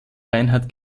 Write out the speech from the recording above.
reinhard